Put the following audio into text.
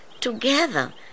Together